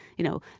you know,